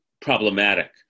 problematic